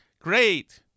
Great